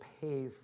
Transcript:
pay